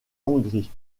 hongrie